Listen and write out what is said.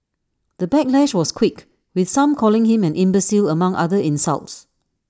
the backlash was quick with some calling him an imbecile among other insults